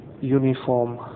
uniform